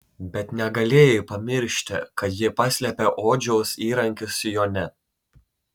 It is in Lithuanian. bet negalėjai pamiršti kad ji paslėpė odžiaus įrankį sijone